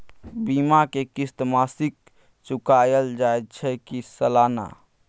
बीमा के किस्त मासिक चुकायल जाए छै की सालाना?